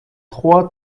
trois